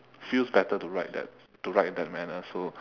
feels better to write that to write in that manner so